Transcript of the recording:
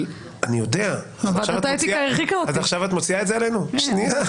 ועדת האתיקה הרחיקה אותי.